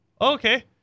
okay